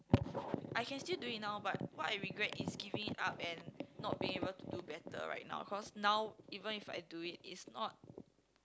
I can still do it now but what I regret is giving it up and not being able to do better right now cause now even if I do it it's not